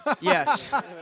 Yes